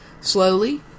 slowly